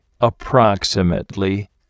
approximately